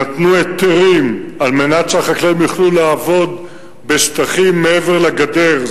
נתנו היתרים על מנת שהחקלאים יוכלו לעבוד בשטחים מעבר לגדר.